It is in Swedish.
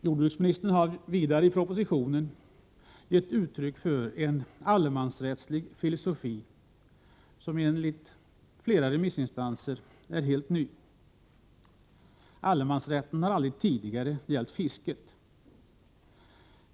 Jordbruksministern har vidare i propositionen gett uttryck för en allemansrättslig filosofi, som enligt flera remissinstanser är helt ny. Allemansrätten har aldrig tidigare gällt fisket.